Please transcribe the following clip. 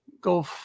go